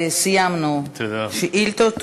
סיימנו את השאילתות.